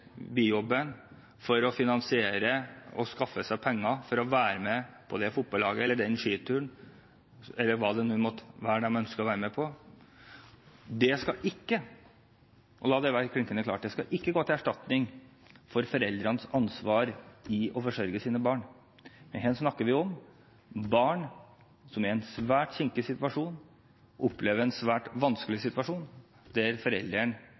for å finansiere og skaffe seg penger for å være med på fotballaget eller skituren eller hva det nå måtte være de ønsker å være med på. Det skal ikke – og la det være klinkende klart – være til erstatning for foreldrenes ansvar for å forsørge sine barn. Her snakker vi om barn som er i en svært kinkig situasjon, som opplever en svært vanskelig situasjon fordi foreldrene er